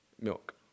milk